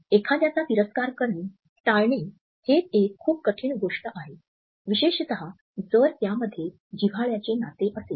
एखाद्याचा तिरस्कार करणे टाळणे हे एक खूप कठीण गोष्ट आहे विशेषत जर त्यामध्ये जिव्हाळ्याचे नाते असेल